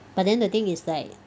but then the thing is like